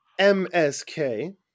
MSK